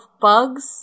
bugs